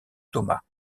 thomas